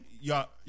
Y'all